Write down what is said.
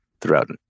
throughout